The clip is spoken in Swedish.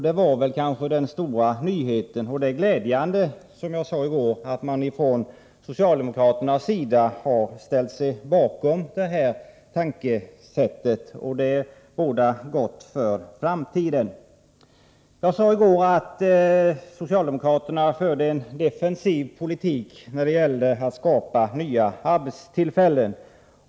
Det var den stora nyheten, och som jag sade i går är det glädjande att socialdemokraterna har ställt sig bakom det tänkesättet. Det bådar gott för framtiden. Jag sade i går att socialdemokraterna för en defensiv politik när det gäller att skapa nya arbetstillfällen.